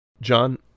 John